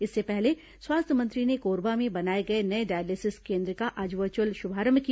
इससे पहले स्वास्थ्य मंत्री ने कोरबा में बनाए गए नये डायलिसिस केन्द्र का आज वर्चअल शुभारंभ किया